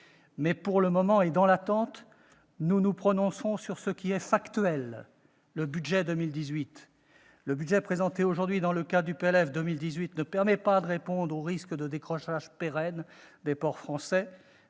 Mais pour le moment et dans l'attente, nous nous prononcerons sur ce qui est factuel, le budget pour 2018. Le budget présenté aujourd'hui dans le cadre du projet de loi de finances pour 2018 ne permet pas de répondre au risque de décrochage pérenne des ports français